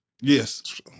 yes